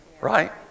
right